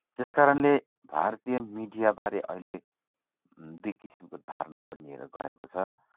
त्यस कारणले भारतीय मिडियाबारे अहिले दुई किसिमको धारणा बनिएर गएको छ